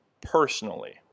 personally